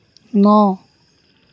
ন